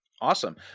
Awesome